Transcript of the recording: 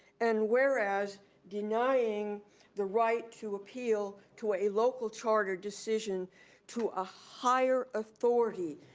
and whereas denying the right to appeal to a local charter decision to a higher authority,